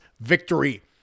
victory